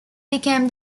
became